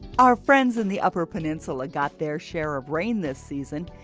our friends in the upper peninsula got their share of rain this season,